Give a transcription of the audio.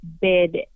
bid